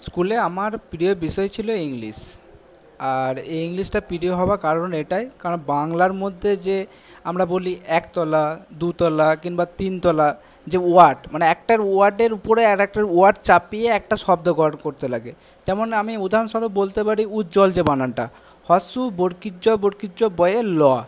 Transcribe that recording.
স্কুলে আমার প্রিয় বিষয় ছিলো ইংলিশ আর ইংলিশটা প্রিয় হওয়ার কারণ এটাই কারণ বাংলার মধ্যে যে আমরা বলি একতলা দুতলা কিংবা তিনতলা যে ওয়ার্ড মানে একটার ওয়ার্ডের উপরে আরেকটা ওয়ার্ড চাপিয়ে একটা শব্দ করতে লাগে যেমন আমি উদাহরণস্বরূপ বলতে পারি উজ্জ্বল যে বানানটা হ্রস্ব উ বরগীয় জ বরগীয় জ বয়ে ল